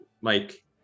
Mike